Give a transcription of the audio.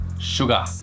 Sugar